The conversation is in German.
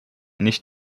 nicht